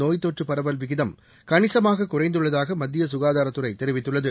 நோய்த்தொற்று பரவல் விகிதம் கணிசமாக குறைந்துள்ளதாக மத்திய சுகாதாரத்துறை தெரிவித்துள்ளது